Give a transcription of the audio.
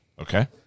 Okay